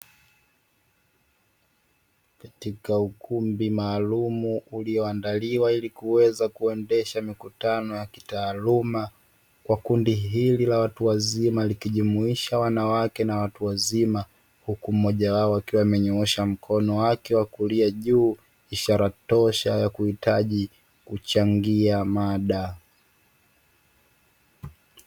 Katika ukumbi maalum ulioandaliwa ili kuweza kuendesha mikutano ya kitaaluma kwa kundi hili la watu wazima, likijumuisha wanawake na watu wazima. Huku mmoja wao akiwa amenyoosha mkono wake wa kulia juu ishara tosha ya kutaka kuchangia mada.